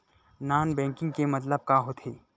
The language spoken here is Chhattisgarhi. नॉन बैंकिंग के मतलब का होथे?